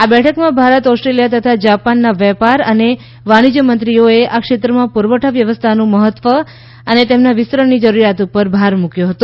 આ બેઠકમાં ભારત ઓસ્ટ્રેલિયા તથા જાપાનના વેપાર અને વાણિજ્યમંત્રીઓએ આ ક્ષેત્રમાં પુરવઠા વ્યવસ્થાનું મહત્વ અને તેમન વિસ્તરણની જરૂરિયાત પર ભાર મૂક્યો હતો